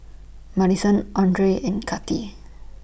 Maddison Andrae and Kati